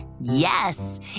Yes